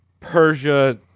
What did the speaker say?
persia